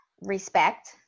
respect